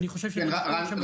אני חושב שזה נתון חשוב מאוד.